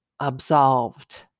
Absolved